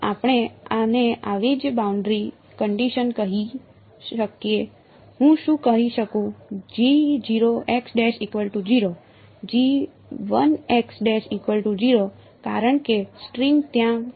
તો આપણે આને આવી જ બાઉન્ડરી કંડિશન કહી શકીએ હું શું કહી શકું